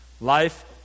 Life